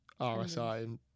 RSI